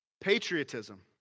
Patriotism